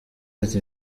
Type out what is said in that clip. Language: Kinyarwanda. ati